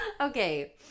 Okay